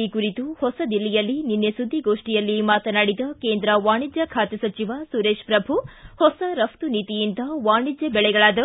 ಈ ಕುರಿತು ಹೊಸದಿಲ್ಲಿಯಲ್ಲಿ ನಿನ್ನೆ ಸುದ್ದಿಗೋಷ್ಠಿಯಲ್ಲಿ ಮಾತನಾಡಿದ ಕೇಂದ್ರ ವಾಣಿಜ್ಯ ಖಾತೆ ಸಚಿವ ಸುರೇಶ್ ಪ್ರಭು ಹೊಸ ರಫ್ತು ನೀತಿಯಿಂದ ವಾಣಿಜ್ಯ ಬೆಳೆಗಳಾದ